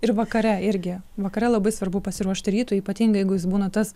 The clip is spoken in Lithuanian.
ir vakare irgi vakare labai svarbu pasiruošti rytui ypatingai jeigu jis būna tas